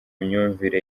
myumvire